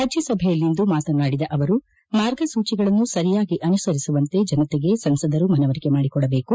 ರಾಜ್ಯಸಭೆಯಲ್ಲಿಂದು ಮಾತನಾದಿದ ಅವರು ಮಾರ್ಗಸೂಚಿಗಳನ್ನು ಸರಿಯಾಗಿ ಅನುಸರಿಸುವಂತೆ ಜನತೆಗೆ ಸಂಸದರು ಮನವರಿಕೆ ಮಾಡಿಕೊಡಬೇಕು